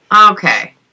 Okay